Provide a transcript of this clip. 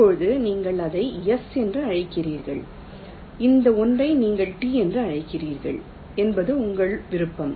இப்போது நீங்கள் எதை S என்று அழைக்கிறீர்கள் எந்த ஒன்றை நீங்கள் T என்று அழைக்கிறீர்கள் என்பது உங்கள் விருப்பம்